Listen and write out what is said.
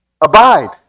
Abide